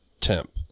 temp